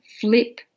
flip